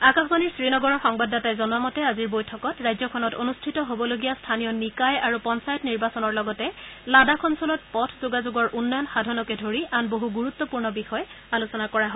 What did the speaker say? আকাশবাণীৰ শ্ৰীনগৰৰ সংবাদদাতাই জনোৱা মতে আজিৰ বৈঠকত ৰাজ্যখনত অনুষ্ঠিত হ'বলগীয়া স্থনীয় নিকায় আৰু পঞ্চায়ত নিৰ্বাচনৰ লগতে লাডাখ অঞ্চলত পথ যোগাযোগৰ উন্নয়ন সাধনকে ধৰি আন বহু গুৰুত্পূৰ্ণ বিষয় আলোচনা কৰা হয়